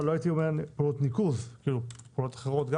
אבל לא הייתי אומר פעולות ניקוז כאילו גם פעולות אחרות.